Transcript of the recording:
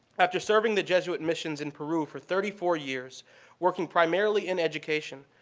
after serving the jesuit missions in peru for thirty four years working primarily in education,